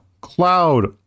cloud